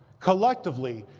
collectively,